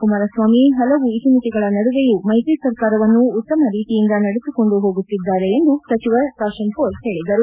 ಕುಮಾರಸ್ವಾಮಿ ಹಲವು ಇತಿಮಿತಿಗಳ ನಡುವೆಯೂ ಮೈತ್ರಿ ಸರ್ಕಾರವನ್ನು ಉತ್ತಮ ರೀತಿಯಿಂದ ನಡೆಸಿಕೊಂಡು ಹೋಗುತ್ತಿದ್ದಾರೆ ಎಂದು ಸಚಿವ ಕಾಶೆಂಪೂರ್ ಹೇಳಿದರು